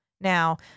Now